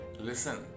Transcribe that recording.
listen